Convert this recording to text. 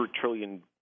trillion